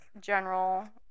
general